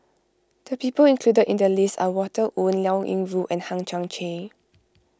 the people included in the list are Walter Woon Liao Yingru and Hang Chang Chieh